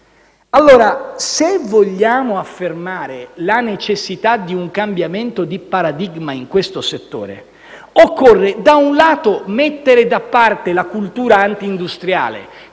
Pertanto, se vogliamo affermare la necessità di un cambiamento di paradigma in questo settore, occorre mettere da parte la cultura anti-industriale